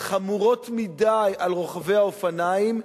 חמורות מדי על רוכבי האופניים,